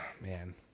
Man